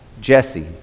Jesse